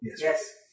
Yes